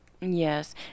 Yes